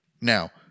Now